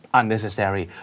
unnecessary